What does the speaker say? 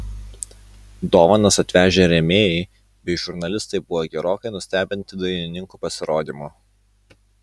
dovanas atvežę rėmėjai bei žurnalistai buvo gerokai nustebinti dainininkų pasirodymu